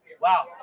wow